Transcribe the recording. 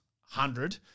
hundred